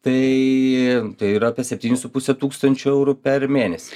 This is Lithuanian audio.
tai tai yra apie septynis su puse tūkstančio eurų per mėnesį